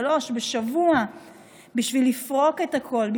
שלוש בשבוע בשביל לפרוק את הכול,